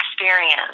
experience